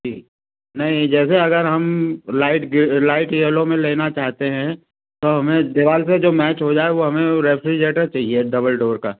जी नहीं जैसे अगर हम लाइट गे लाइट यैलो में लेना चाहते हैं तो हमें दिवार पर जो मैच हो जाए वह हमें वह रेफ्रिजरेटर चाहिए डबल डोर का